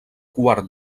quart